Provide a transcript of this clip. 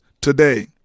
today